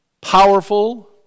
powerful